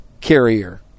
carrier